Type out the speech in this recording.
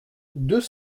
deux